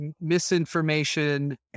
misinformation